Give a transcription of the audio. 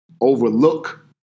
overlook